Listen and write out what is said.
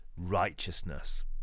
righteousness